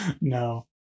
No